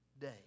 day